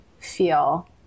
feel